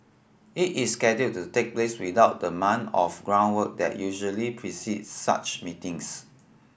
it is scheduled to take place without the month of groundwork that usually precedes such meetings